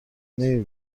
نمی